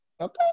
Okay